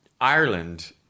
Ireland